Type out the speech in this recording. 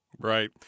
Right